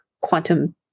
quantum